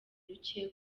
ruke